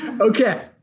Okay